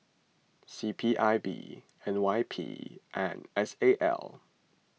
C P I B N Y P and S A L